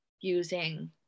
using